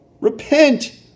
Repent